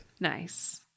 Nice